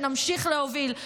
שנמשיך להוביל,